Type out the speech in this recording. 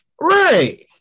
Right